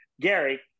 Gary